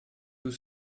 tous